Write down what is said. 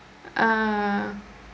ah